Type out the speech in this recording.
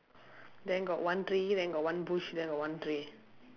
then got one tree then got one bush then got one tree